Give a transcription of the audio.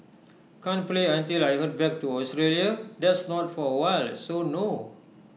can't play until I Head back to Australia that's not for awhile so no